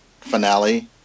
finale